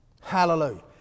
Hallelujah